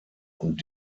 und